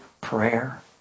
prayer